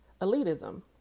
elitism